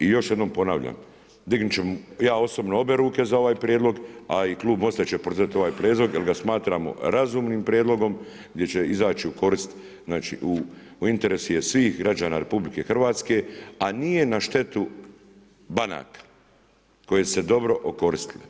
I još jednom ponavljam, dignut ću ja osobno obje ruke za ovaj prijedlog, a i klub Most-a će podržati ovaj prijedlog jer ga smatramo razumnim prijedlogom gdje će izaći u korist, znači u interesu je svih građana RH, a nije na štetu banaka koje su se dobro okoristile.